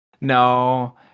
No